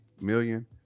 million